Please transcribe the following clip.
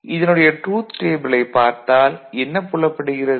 இதனுடைய ட்ரூத் டேபிளைப் பார்த்தால் என்ன புலப்படுகிறது